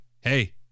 Hey